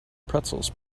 pretzels